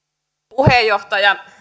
puheenjohtaja